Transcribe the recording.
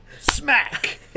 smack